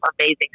amazing